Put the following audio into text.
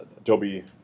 Adobe